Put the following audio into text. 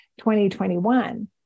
2021